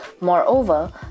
Moreover